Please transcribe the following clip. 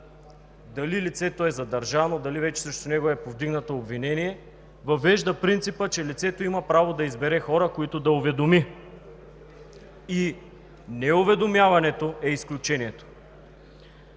дали лицето е задържано, дали вече срещу него е повдигнато обвинение, въвежда принципа, че лицето има право да избере хора, които да уведоми. И неуведомяването е изключението.